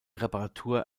reparatur